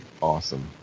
awesome